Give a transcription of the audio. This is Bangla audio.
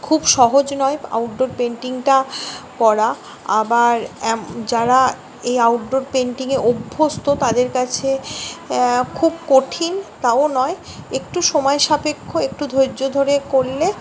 খুব সহজ নয় আউটডোর পেইন্টিংটা করা আবার অ্যাম যারা এই আউটডোর পেইন্টিংয়ে অভ্যস্ত তাদের কাছে খুব কঠিন তাও নয় একটু সময় সাপেক্ষ একটু ধৈর্য ধরে করলে